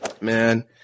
Man